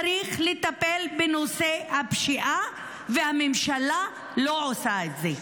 צריך לטפל בנושא הפשיעה, והממשלה לא עושה את זה.